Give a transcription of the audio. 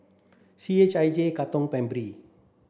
C H I J Katong